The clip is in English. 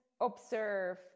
observe